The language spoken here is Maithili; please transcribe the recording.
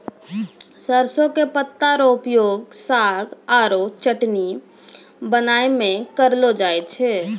सरसों के पत्ता रो उपयोग साग आरो चटनी बनाय मॅ करलो जाय छै